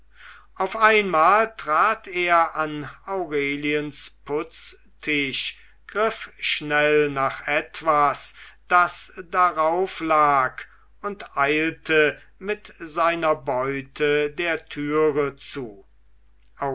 auf einmal trat er an aureliens putztisch griff schnell nach etwas das darauf lag und eilte mit seiner beute der türe zu